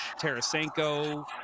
Tarasenko